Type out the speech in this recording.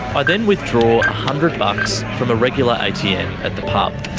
i then withdraw a hundred bucks from a regular atm at the pub.